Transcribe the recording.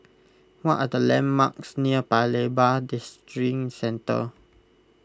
what are the landmarks near Paya Lebar Districentre